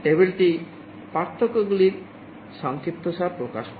টেবিলটি পার্থক্যগুলির সংক্ষিপ্তসার প্রকাশ করে